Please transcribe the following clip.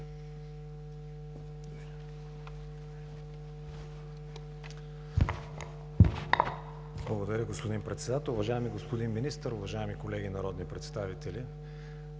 Благодаря Ви, господин Председател. Уважаеми господин Министър, уважаеми колеги народни представители!